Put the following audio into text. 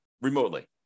remotely